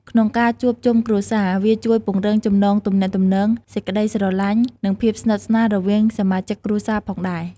ក្នុងការជួបជុំគ្រួសារ វាជួយពង្រឹងចំណងទំនាក់ទំនង សេចក្តីស្រឡាញ់ និងភាពស្និទស្នាលរវាងសមាជិកគ្រួសារផងដែរ។